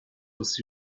with